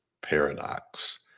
paradox